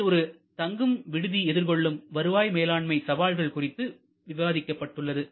இதில் ஒரு தங்கும் விடுதி எதிர் கொள்ளும் வருவாய் மேலாண்மை சவால்கள் குறித்து விவாதிக்கப்பட்டுள்ளது